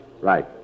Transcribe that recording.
Right